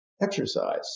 exercise